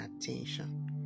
attention